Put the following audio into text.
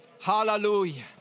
hallelujah